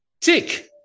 tick